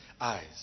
eyes